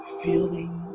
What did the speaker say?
feeling